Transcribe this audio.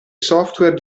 software